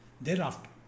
Thereafter